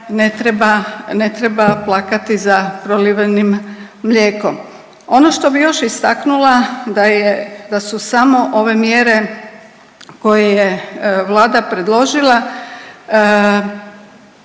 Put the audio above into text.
ne treba plakati za prolivenim mlijekom. Ono što bi još istaknula da su samo ove mjere koje je vlada predložila